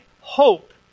hope